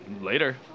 later